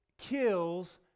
kills